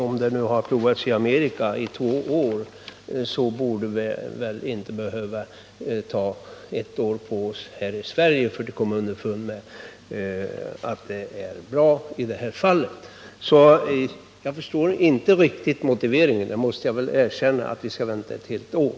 Om det provats i Amerika under två år borde vi inte behöva ta ett år på oss här i Sverige för att komma underfund med att det är bra i just det här avseendet. Jag förstår inte riktigt — det måste jag erkänna — motiveringen för att vi skall vänta ett helt år.